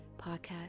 podcast